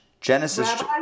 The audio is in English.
Genesis